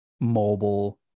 mobile